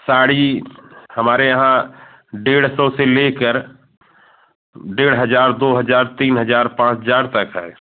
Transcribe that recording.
साड़ी हमारे यहाँ डेढ़ सौ से लेकर डेढ़ हज़ार दो हज़ार तीन हज़ार पाँच हज़ार पै का है